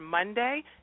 Monday